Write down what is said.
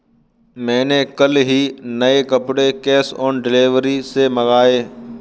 मैंने कल ही नए कपड़े कैश ऑन डिलीवरी से मंगाए